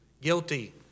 guilty